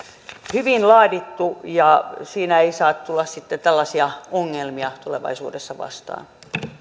hyvin laadittu ja siinä ei saa tulla sitten tällaisia ongelmia tulevaisuudessa vastaan